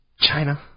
China